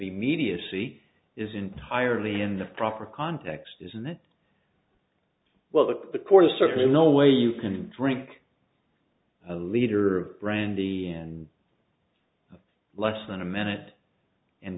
immediacy is entirely in the proper context isn't that well look the court is certainly no way you can drink a leader brandy and less than a minute and